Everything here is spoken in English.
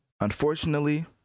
unfortunately